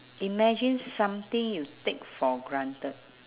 imagine something you take for granted